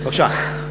בבקשה.